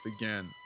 again